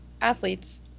athletes